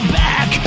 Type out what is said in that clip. back